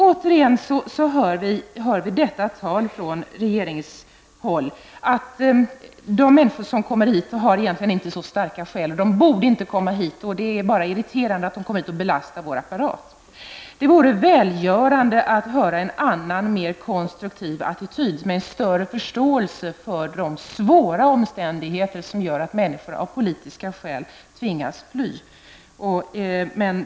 Återigen hör vi från regeringshåll att de människor som kommer hit egentligen inte har så starka skäl. Man säger att de egentligen inte borde komma hit och att det bara är irriterande att de kommer hit och belastar vår samhällsapparat. Det vore välgörande med en annan och mer konstruktiv attityd med större förståelse för de svåra omständigheter som gör att människor av politiska skäl tvingas fly.